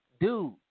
dude